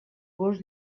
gos